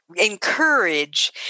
encourage